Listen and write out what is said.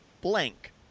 blank